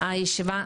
הישיבה נעולה.